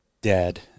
dead